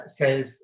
says